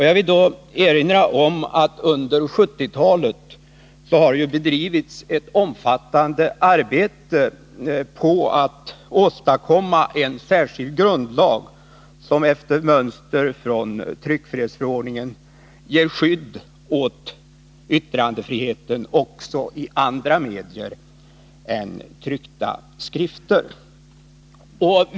Jag vill då erinra om att det under 1970-talet har bedrivits ett omfattande arbete på att åstadkomma en särskild grundlag, som efter mönster från tryckfrihetsförordningen ger skydd åt yttrandefriheten också i andra medier än tryckta skrifter.